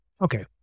okay